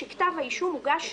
שכתב האישום הוגש